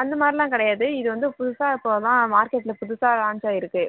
அந்தமாதிரிலாம் கிடையாது இது வந்து புதுசாக இப்போதான் மார்க்கெட்டில் புதுசாக லான்ச் ஆயிருக்கு